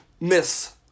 miss